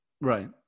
Right